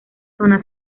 zona